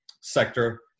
sector